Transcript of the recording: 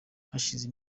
hashize